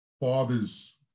father's